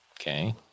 Okay